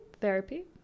therapy